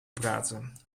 praten